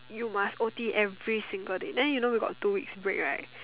you must o_t every single day then you know we got two weeks break right